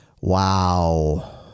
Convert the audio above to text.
Wow